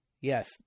Yes